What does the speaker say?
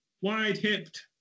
wide-hipped